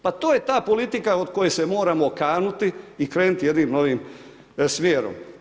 Pa to je ta politika od koje se moramo kanuti i krenuti jednim novim smjerom.